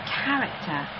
character